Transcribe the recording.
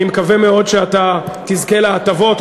אני מקווה מאוד שאתה תזכה להטבות,